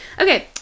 Okay